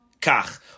Kach